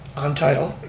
on title.